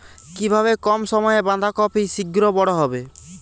কিভাবে কম সময়ে বাঁধাকপি শিঘ্র বড় হবে?